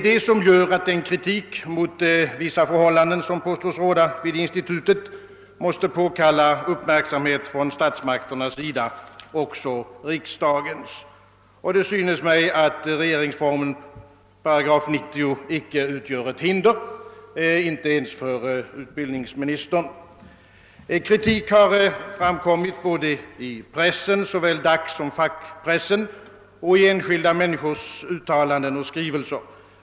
Detta gör att den kritik mot vissa förhållanden som påstås råda vid institutet måste påkaila uppmärksamhet från statsmakternas. sida. Det synes mig som om regeringsformens 8 90 därvid icke utgör något hinder, inte ens för utbildningsministern. Kritik har framkommit både i pressen — såväl dagssom fackpressen — och i enskilda människors uttalanden och skrivelser.